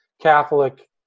Catholic